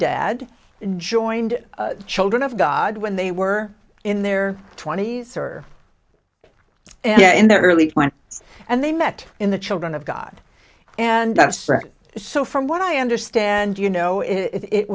dad joined children of god when they were in their twenty's or yeah in the early went and they met in the children of god and so from what i understand you know i